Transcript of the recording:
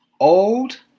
Old